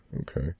Okay